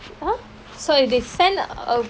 !huh! so they send a